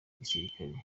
igisirikare